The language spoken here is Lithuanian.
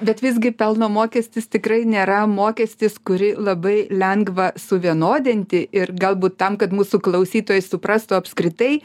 bet visgi pelno mokestis tikrai nėra mokestis kurį labai lengva suvienodinti ir galbūt tam kad mūsų klausytojai suprastų apskritai